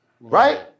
right